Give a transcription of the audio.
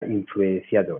influenciado